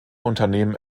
unternehmen